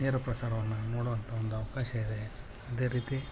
ನೇರಪ್ರಸಾರವನ್ನು ನೋಡುವಂಥ ಒಂದು ಅವಕಾಶ ಇದೆ ಅದೇ ರೀತಿ